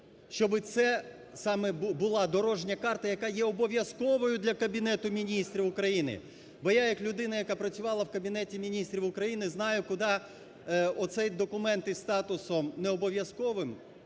Щоби це саме була дорожня карта, яка є обов'язковою для Кабінету Міністрів України. Бо я як людина, яка працювала в Кабінеті Міністрів України, знаю, куди оцей документ із статусом необов'язковим